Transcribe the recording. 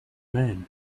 man